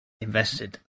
invested